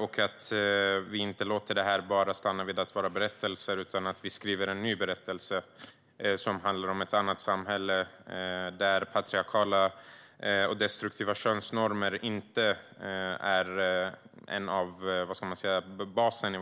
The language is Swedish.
Det ska inte stanna vid att vara berättelser, utan det ska skrivas en ny berättelse som handlar om ett annat samhälle där patriarkala och destruktiva könsnormer inte är basen,